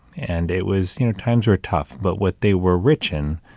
and it was, you know, times were tough, but what they were rich in,